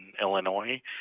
Illinois